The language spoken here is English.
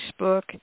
facebook